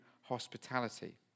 hospitality